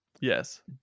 yes